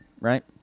right